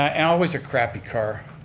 um always a crappy car.